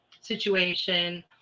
situation